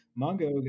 Mongo